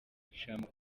kuducamo